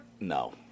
No